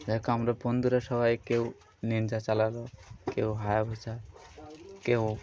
আমরা বন্ধুরা সবাই কেউ নিঞ্জা চালাল কেউ হায়াবুসা কেউ